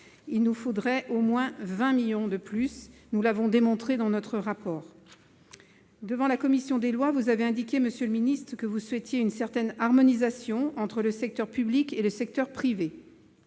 Il lui faudrait au moins 20 millions de plus, comme nous l'avons démontré dans notre rapport. Devant la commission des lois, vous avez indiqué que vous souhaitiez une certaine harmonisation entre le secteur public et le secteur privé.